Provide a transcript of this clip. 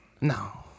No